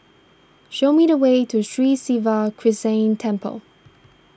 show me the way to Sri Siva Krishna Temple